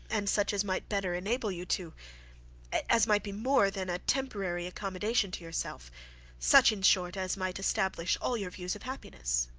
and such as might better enable you to as might be more than a temporary accommodation to yourself such, in short, as might establish all your views of happiness.